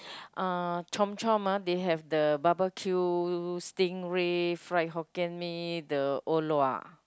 uh Chomp-Chomp uh there have the barbeque stingray fried Hokkien-Mee the Or-Lua